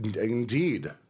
Indeed